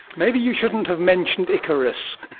maybe you shouldn't have mentioned icarus.